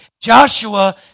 Joshua